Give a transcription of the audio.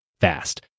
fast